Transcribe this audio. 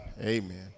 amen